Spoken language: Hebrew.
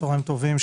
צהריים טובים.